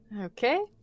Okay